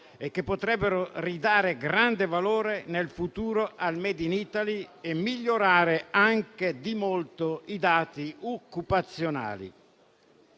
e che potrebbero ridare grande valore nel futuro al *made in Italy* e migliorare anche di molto i dati occupazionali.